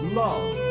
love